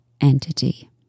entity